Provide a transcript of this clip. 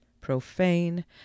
profane